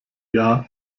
jahr